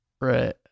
right